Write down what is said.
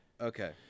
Okay